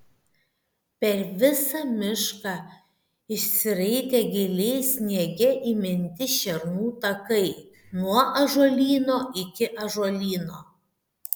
per visą mišką išsiraitė giliai sniege įminti šernų takai nuo ąžuolyno iki ąžuolyno